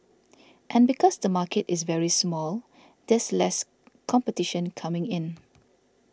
and because the market is very small there's less competition coming in